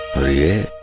the